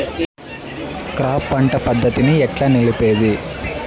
Crop పంట పద్ధతిని ఎట్లా నిలిపేది?